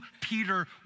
Peter